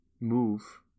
move